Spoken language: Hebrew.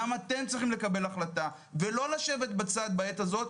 גם אתם צריכים לקבל החלטה ולא לשבת בצד בעת הזאת.